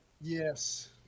yes